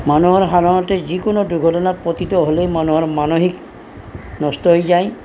মানুহৰ সাধাৰণতে যিকোনো দুৰ্ঘটনাত পতিত হ'লেই মানুহৰ মানসিক নষ্ট হৈ যায়